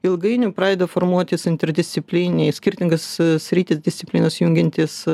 ilgainiui pradeda formuotis interdisciplininiai skirtingas sritis disciplinas jungiantys